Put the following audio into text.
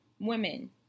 women